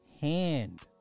hand